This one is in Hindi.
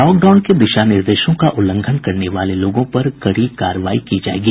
लॉकडाउन के दिशा निर्देशों का उल्लंघन करने वाले लोगों पर कड़ी कार्रवाई की जायेगी